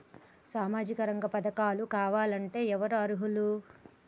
సామాజిక రంగ పథకాలు కావాలంటే ఎవరు అర్హులు?